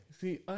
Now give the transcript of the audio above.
See